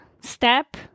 step